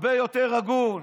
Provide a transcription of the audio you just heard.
הרבה יותר הגון.